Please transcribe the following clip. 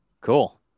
Cool